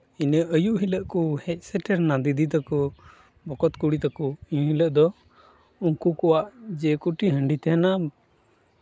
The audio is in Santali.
ᱤᱱᱟᱹ ᱟᱹᱭᱩᱵ ᱦᱤᱞᱳᱜ ᱠᱚ ᱦᱮᱡ ᱥᱮᱴᱮᱨᱱᱟ ᱫᱤᱫᱤ ᱛᱟᱠᱚ ᱵᱚᱠᱚᱛ ᱠᱩᱲᱤ ᱛᱟᱠᱚ ᱮᱱ ᱦᱤᱞᱳᱜ ᱫᱚ ᱩᱱᱠᱩ ᱠᱚᱣᱟᱜ ᱡᱮ ᱠᱚᱴᱤ ᱦᱟᱺᱰᱤ ᱛᱟᱦᱮᱱᱟ